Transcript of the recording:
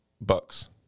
Bucks